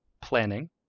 planning